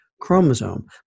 chromosome